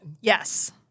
Yes